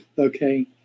Okay